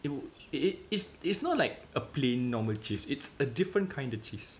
it'll it is it's not like a plain normal cheese it's a different kind of cheese